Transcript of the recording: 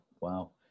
Wow